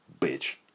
bitch